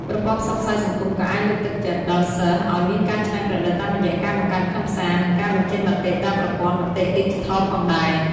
ប្រព័ន្ធផ្សព្វផ្សាយសង្គមក៏អាចលើកទឹកចិត្តដល់សិស្សឱ្យមានការច្នៃប្រឌិតតាមរយៈការបង្កើតខ្លឹមសារ និងការបញ្ចេញមតិតាមប្រព័ន្ធមតិឌីជីថលផងដែរ។